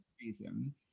reason